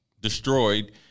destroyed